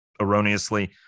Erroneously